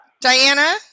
Diana